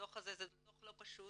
הדו"ח הזה הוא דו"ח לא פשוט,